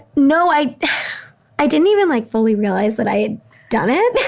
no, i i didn't even, like fully realize that i had done it.